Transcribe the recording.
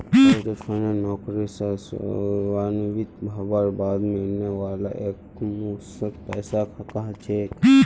provident fund नौकरी स सेवानृवित हबार बाद मिलने वाला एकमुश्त पैसाक कह छेक